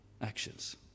actions